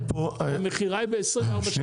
המכירה היא ב-24 שקל,